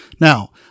Now